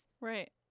Right